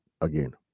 again